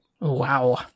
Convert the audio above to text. Wow